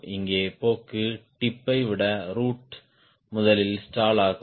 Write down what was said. இங்கே போக்கு டிப்யை விட ரூட் முதலில் ஸ்டால் ஆகும்